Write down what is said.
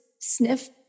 sniff